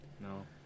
No